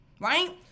right